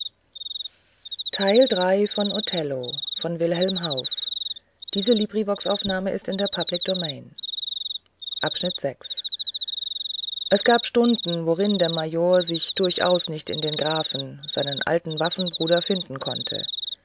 es gab stunden worin der major sich durchaus nicht in den grafen seinen alten waffenbruder finden konnte